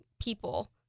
people